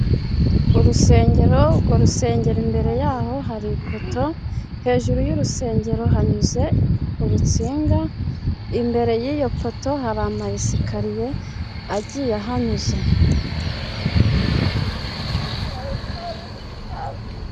Urusengero, urwo rusengero imbere ya ho hari ipoto, hejuru y'urusengero hanyuze urutsinga, imbere y'iyo poto hari amarisikariye agiye ahanyuze.